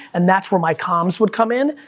and that's where my comms would come in,